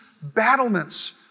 battlements